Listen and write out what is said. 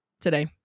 today